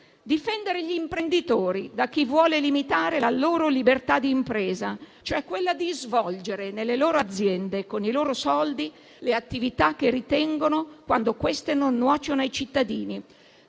difendere gli imprenditori da chi vuole limitare la loro libertà di impresa, cioè quella di svolgere nelle loro aziende e con i loro soldi le attività che ritengono, quando queste non nuocciono ai cittadini.